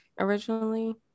originally